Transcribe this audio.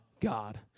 God